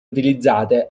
utilizzate